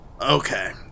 Okay